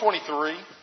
23